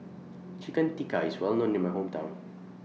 Chicken Tikka IS Well known in My Hometown